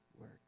work